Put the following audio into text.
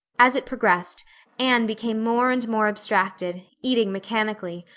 as it progressed anne became more and more abstracted, eating mechanically,